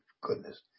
goodness